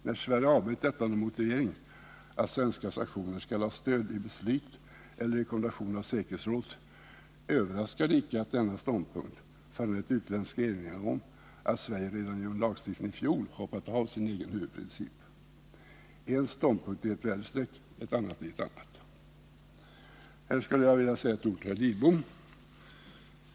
När Sverige avböjt detta under motivering att svenska sanktioner skall ha stöd i beslut eller rekommendation av säkerhetsrådet överraskar det icke att denna ståndpunkt föranlett utländska erinringar om att Sverige redan genom lagstiftning i fjol hoppat av sin egen huvudprincip. En ståndpunkt i en världsdel, en annan ståndpunkt i en annan. Här skulle jag vilja säga några ord till herr Lidbom.